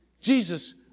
Jesus